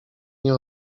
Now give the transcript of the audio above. nie